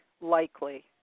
likely